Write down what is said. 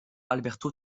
alberto